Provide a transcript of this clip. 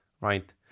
Right